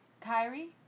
Kyrie